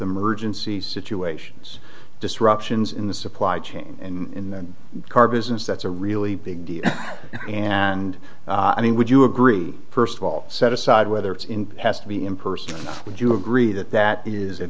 emergency situations disruptions in the supply chain in the car business that's a really big deal and i mean would you agree first of all set aside whether it's in has to be in person would you agree that that is